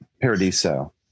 Paradiso